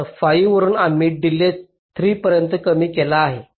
तर 5 वरून आम्ही डिलेज 3 पर्यंत कमी केला आहे